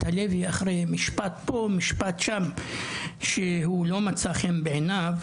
הלוי אחרי משפט פה משפט שם שהוא לא מצא חן בעיניו,